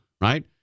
right